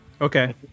Okay